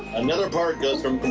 another part goes from